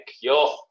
yo